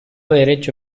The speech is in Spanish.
derecho